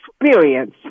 experience